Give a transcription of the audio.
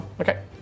Okay